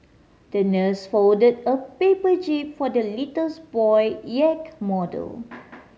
the nurse folded a paper jib for the little boy yacht model